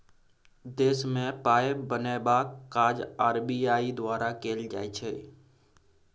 देशमे पाय बनेबाक काज आर.बी.आई द्वारा कएल जाइ छै